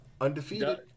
undefeated